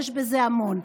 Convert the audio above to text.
יש בזה המון.